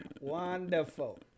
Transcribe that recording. Wonderful